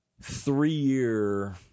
three-year